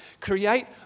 create